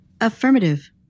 Affirmative